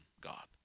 God